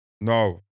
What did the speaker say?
No